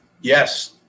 Yes